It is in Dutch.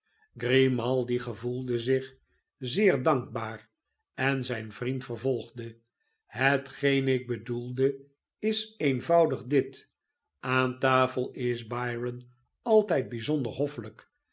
grimaldi gevoelde zich zeer dankbaar en zh'n vriend vervolgde hetgeen ik bedoelde is eenvoudig dit aan tafel is byron altijd bijzonder hoffelijk